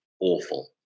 awful